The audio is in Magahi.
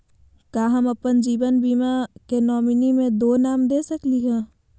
का हम अप्पन जीवन बीमा के नॉमिनी में दो नाम दे सकली हई?